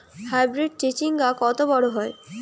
Hybrid চিচিংঙ্গা কত বড় হয়?